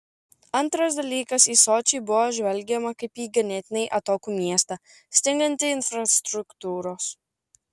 antras dalykas į sočį buvo žvelgiama kaip į ganėtinai atokų miestą stingantį infrastruktūros